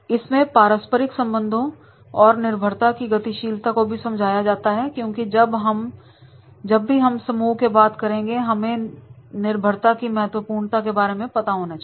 इसमें पारस्परिक संबंधों और निर्भरता की गतिशीलता को भी समझा जाता है क्योंकि जब भी हम समूह के बाद करेंगे तो हमें निर्भरता की महत्वपूर्णता के बारे में पता होना चाहिए